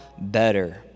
better